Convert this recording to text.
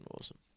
awesome